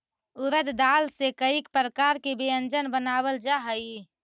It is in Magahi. उड़द दाल से कईक प्रकार के व्यंजन बनावल जा हई